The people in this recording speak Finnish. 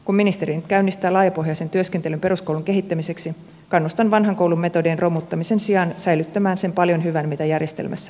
kun ministeri nyt käynnistää laajapohjaisen työskentelyn peruskoulun kehittämiseksi kannustan vanhan koulun metodien romuttamisen sijaan säilyttämään sen paljon hyvän mitä järjestelmässämme on